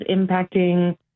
impacting